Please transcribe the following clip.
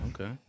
Okay